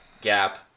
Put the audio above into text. gap